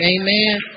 Amen